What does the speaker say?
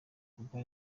kugwa